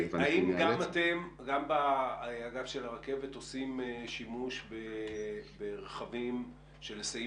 האם גם אתם באגף של הרכבת עושים שימוש ברכבים של היסעים